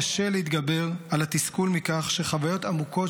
קשה להתגבר על התסכול מכך שחוויות עמוקות